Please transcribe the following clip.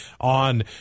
on